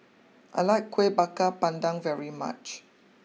I like Kueh Bakar Pandan very much